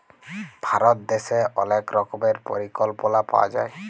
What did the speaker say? ভারত দ্যাশে অলেক রকমের পরিকল্পলা পাওয়া যায়